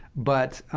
but